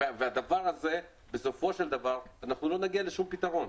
והדבר הזה בסופו של דבר לא נגיע לשום פתרון.